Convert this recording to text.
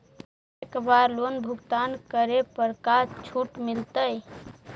एक बार लोन भुगतान करे पर का छुट मिल तइ?